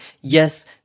Yes